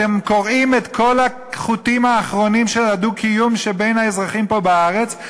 אתם קורעים את כל החוטים האחרונים של הדו-קיום שבין האזרחים פה בארץ.